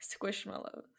squishmallows